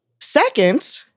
Second